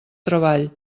treball